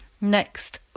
Next